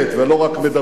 ולא רק מדברת.